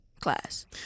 class